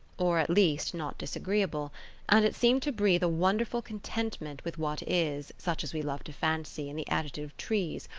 or, at least, not disagreeable and it seemed to breathe a wonderful contentment with what is, such as we love to fancy in the attitude of trees,